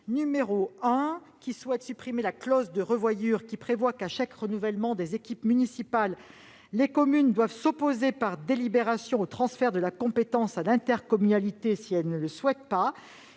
n° 1 rectifié vise à supprimer la clause de revoyure qui prévoit qu'à chaque renouvellement des équipes municipales, les communes doivent s'opposer par délibération au transfert de la compétence à l'intercommunalité si elles ne le souhaitent pas.